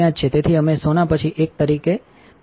તેથી અમે સોના પછી એક તરીકે બહાર ગયા